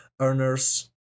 earners